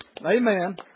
Amen